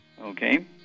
Okay